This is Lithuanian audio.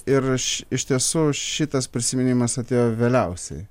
ir aš iš tiesų šitas prisiminimas atėjo vėliausiai